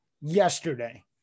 yesterday